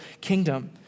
kingdom